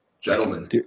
Gentlemen